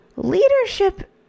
leadership